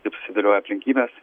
kaip susidėlioja aplinkybės